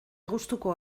gustuko